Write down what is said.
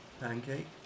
pancake